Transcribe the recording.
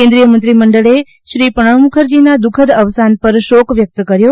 કેન્દ્રીય મંત્રીમંડળે શ્રી પ્રણવ મુખર્જીના દુખદ અવસાન પર શોક વ્યક્ત કર્યો